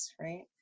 Right